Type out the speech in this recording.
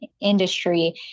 industry